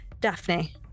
Daphne